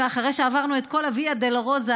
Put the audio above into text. אחרי שעברנו את כל הוויה דולורוזה,